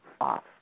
off